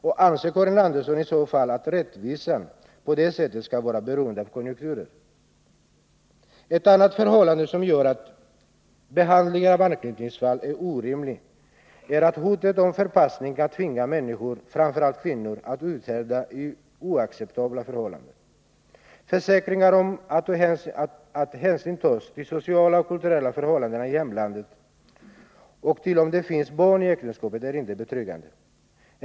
Och anser Karin Andersson i så fall att rättvisan på det sättet skall vara beroende av konjunkturer? Ett annat förhållande som gör att behandlingen av anknytningsfall är orimlig är att hotet om förpassning kan tvinga människor, framför allt kvinnor, att uthärda i oacceptabla förhållanden. Försäkringar om att hänsyn tas till sociala och kulturella förhållanden i hemlandet och till om det finns barn i äktenskapet är inte betryggande.